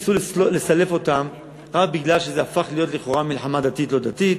שניסו לסלף אותן רק כי זה הפך להיות לכאורה מלחמה דתית לא-דתית.